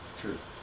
truth